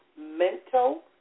mental